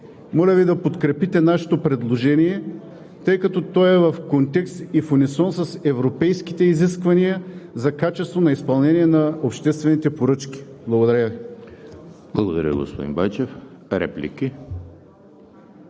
Моля Ви да подкрепите нашето предложение, тъй като е в контекст и в унисон с европейските изисквания за качеството на изпълнение на обществените поръчки. Благодаря Ви. ПРЕДСЕДАТЕЛ ЕМИЛ ХРИСТОВ: Благодаря, господин Байчев. Реплики?